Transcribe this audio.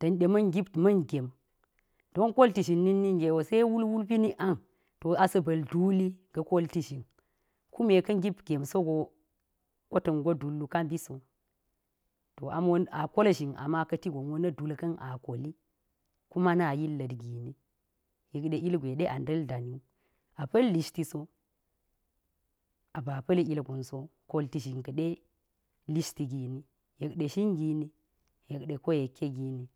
da̱n ɗe ma̱n ngip, ma̱n gem, don kolti zhin nik ninge wo se wul wulpi nik ang, to a sa̱n ba̱l duli ga̱ kolti zhin, kume ka̱ ngip gem so go, ko ta̱k ngo dul wu ka̱, to ami wo a kol zhin ama ka̱ti gon wo na dul ka̱n a koli, mbi, kuma na yillit gi ni, yekɗe ilgwe ɗe a nda̱li dani wu. a pa̱l lishti so, a ba pa̱l ilgon so, kolti zhin ka̱ɗe lishiti gi ni. yekɗe shin gi ni yekɗe ko yekke gi ni.